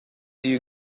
you